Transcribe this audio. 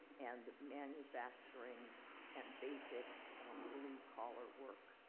and manufacturing and basic blue-collar work.